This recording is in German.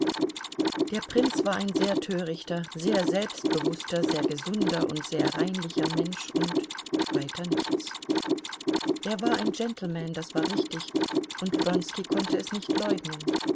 der prinz war ein sehr törichter sehr selbstbewußter sehr gesunder und sehr reinlicher mensch und weiter nichts er war ein gentleman das war richtig und wronski konnte es nicht leugnen